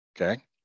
okay